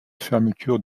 fermetures